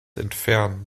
entfernen